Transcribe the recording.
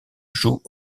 joue